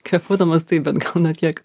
kvėpuodamas taip bet gal ne tiek